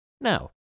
Now